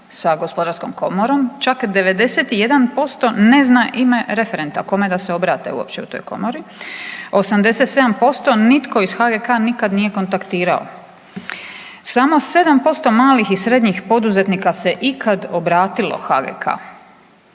sa Gospodarskom komorom, čak 91% ne zna ima referenta kome da se obrate uopće u toj komori, 87% nitko iz HGK nikad nije kontaktirao, samo 7% malih i srednjih poduzetnika se ikad obratilo HGK.